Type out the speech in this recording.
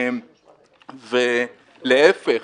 להפך,